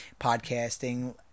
podcasting